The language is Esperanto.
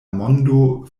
mondo